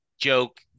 joke